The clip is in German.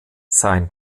sein